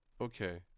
okay